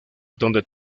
donde